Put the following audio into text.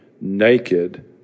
naked